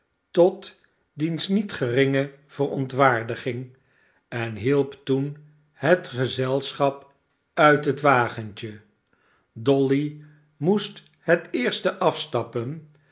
tot diens niet geringe verontwaardiging en hielp toen het gezelschap uit het wagentje dolly moest het eerst afstappen